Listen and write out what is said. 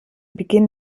beginn